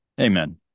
Amen